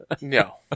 No